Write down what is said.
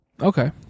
okay